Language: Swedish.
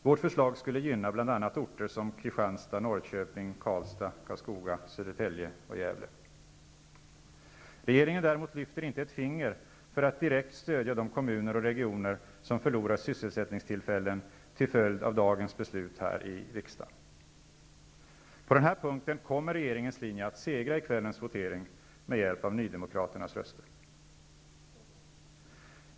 Vårt förslag skulle gynna bl.a. Regeringen däremot lyfter inte ett finger för att direkt stödja de kommuner och regioner som förlorar sysselsättningstillfällen till följd av dagens beslut här i riksdagen. På den här punkten kommer regeringens linje att segra i kvällens votering med hjälp av nydemokraternas röster.